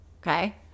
Okay